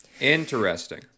Interesting